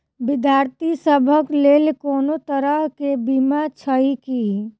विद्यार्थी सभक लेल कोनो तरह कऽ बीमा छई की?